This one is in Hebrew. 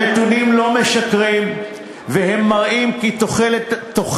הנתונים לא משקרים והם מראים כי תחולת